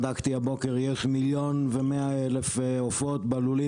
בדקתי הבוקר יש 1.1 מיליון עופות בלולים